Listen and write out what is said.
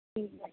ٹھیک ہے